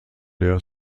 der